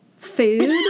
Food